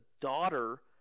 daughter